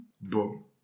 boom